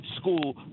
school